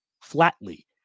flatly